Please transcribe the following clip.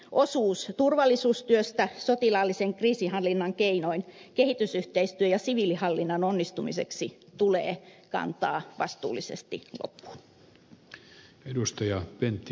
osuus turvallisuustyöstä sotilaallisen kriisinhallinnan keinoin kehitysyhteistyön ja siviilihallinnan onnistumiseksi tulee kantaa vastuullisesti loppuun